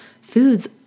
foods